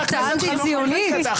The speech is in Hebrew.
יושבים פה חברות וחברי האופוזיציה,